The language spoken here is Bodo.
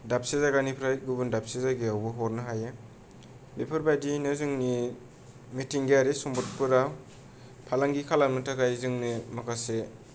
दाबसे जायगानिफ्राय गुबुन दाबसे जायगायावबो हरनो हायो बेफोरबायदियैनो जोंनि मिथिंगायारि सम्पदफोराव फालांगि खालामनो थाखाय जोंनि माखासे